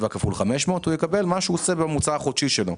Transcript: הוא יקבל את מה שהוא עושה בממוצע החודשי שלו.